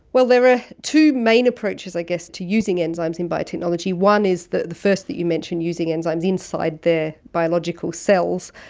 well, there are ah two main approaches i guess to using enzymes in biotechnology. one is the the first that you mentioned, using enzymes inside their biological cells,